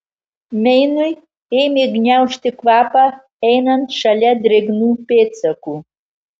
meinui ėmė gniaužti kvapą einant šalia drėgnų pėdsakų